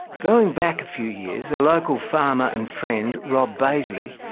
going back a few years, a local farmer and friend, rob bazely,